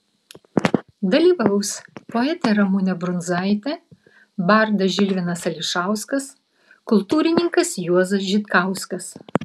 dalyvaus poetė ramunė brundzaitė bardas žilvinas ališauskas kultūrininkas juozas žitkauskas